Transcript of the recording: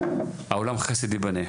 העולם חסד יבנה.